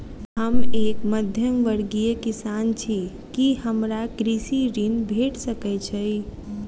हम एक मध्यमवर्गीय किसान छी, की हमरा कृषि ऋण भेट सकय छई?